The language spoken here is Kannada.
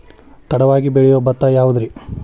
ತಡವಾಗಿ ಬೆಳಿಯೊ ಭತ್ತ ಯಾವುದ್ರೇ?